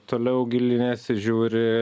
toliau giliniesi žiūri